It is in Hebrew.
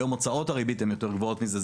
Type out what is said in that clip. היום הוצאות הריבית הן יותר גבוהות מזה,